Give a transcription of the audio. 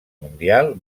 mundial